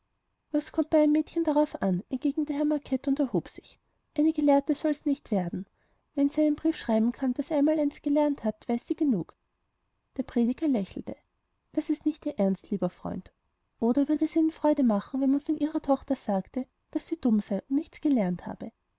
was kommt bei einem mädchen darauf an entgegnete herr macket und erhob sich eine gelehrte soll sie nicht werden wenn sie einen brief schreiben kann und das einmaleins gelernt hat weiß sie genug der prediger lächelte das ist ihr ernst nicht lieber freund oder würde es ihnen freude machen wenn man von ihrer tochter sagte daß sie dumm sei und nichts gelernt habe